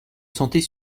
sentait